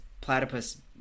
platypus